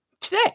today